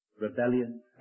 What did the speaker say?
rebellion